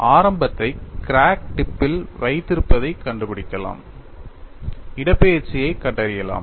ஆரம்பத்தை கிராக் டிப்பில் வைத்திருப்பதைக் கண்டுபிடிக்கலாம் இடப்பெயர்ச்சியைக் கண்டறியலாம்